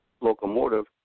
locomotive